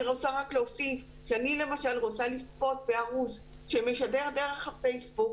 אני רוצה להוסיף שאני רוצה למשל לצפות בערוץ שמשדר דרך הפייסבוק,